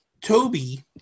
Toby